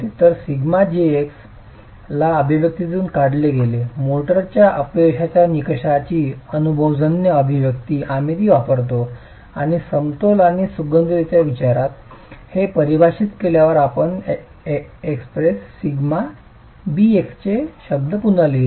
तर σjx ला अभिव्यक्तीतून काढले गेले मोर्टारच्या अपयशाच्या निकषाची अनुभवजन्य अभिव्यक्ती आम्ही ती वापरतो आणि समतोल आणि सुसंगततेच्या विचारात हे परिभाषित केल्यावर आपण एक्सप्रेस σbx चे शब्द पुन्हा लिहितो